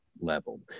level